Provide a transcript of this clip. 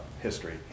history